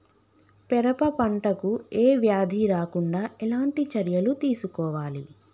పెరప పంట కు ఏ వ్యాధి రాకుండా ఎలాంటి చర్యలు తీసుకోవాలి?